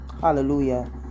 hallelujah